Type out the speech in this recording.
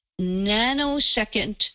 nanosecond